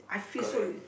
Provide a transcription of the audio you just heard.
correct